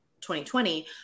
2020